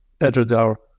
edward